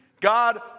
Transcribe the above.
God